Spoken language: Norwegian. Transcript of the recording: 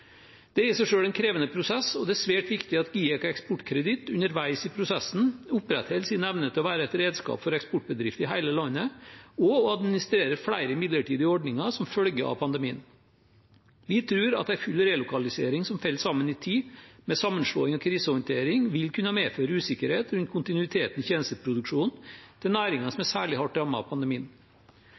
Det er i seg selv en krevende prosess, og det er svært viktig at GIEK og Eksportkreditt underveis i prosessen opprettholder sin evne til å være et redskap for eksportbedrifter i hele landet og å administrere flere midlertidige ordninger som følge av pandemien. Vi tror at en relokalisering som faller sammen i tid med sammenslåing og krisehåndtering, vil kunne medføre usikkerhet rundt kontinuiteten i tjenesteproduksjonen til næringer som er særlig hardt rammet av pandemien.